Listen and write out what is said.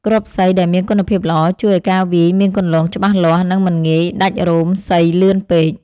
គ្រាប់សី ដែលមានគុណភាពល្អជួយឱ្យការវាយមានគន្លងច្បាស់លាស់ និងមិនងាយដាច់រោមសីលឿនពេក។